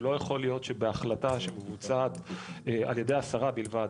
שלא יכול להיות שבהחלטה שמבוצעת על ידי השרה בלבד,